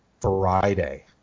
Friday